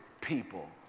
people